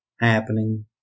happening